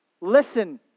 Listen